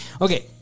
Okay